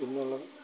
പിന്നെയുള്ളത്